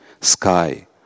sky